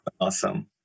awesome